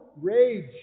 Rage